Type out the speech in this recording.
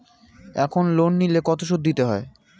এখন লোন নিলে কত সুদ দিতে হয়?